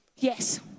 Yes